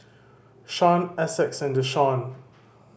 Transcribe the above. Sean Essex and Deshaun